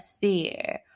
fear